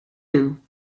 you